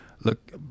look